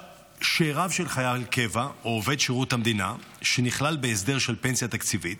שאיריו של חייל קבע או עובד שירות המדינה שנכלל בהסדר של פנסיה תקציבית,